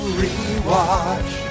rewatch